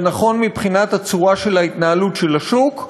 זה נכון מבחינת הצורה של ההתנהלות של השוק,